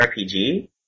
RPG